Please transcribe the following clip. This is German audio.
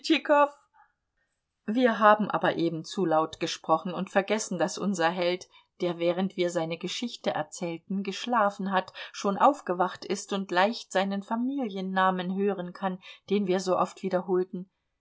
wir haben aber eben zu laut gesprochen und vergessen daß unser held der während wir seine geschichte erzählten geschlafen hat schon aufgewacht ist und leicht seinen familiennamen hören kann den wir so oft wiederholten